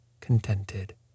contented